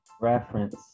reference